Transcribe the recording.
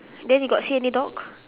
then you got see any dog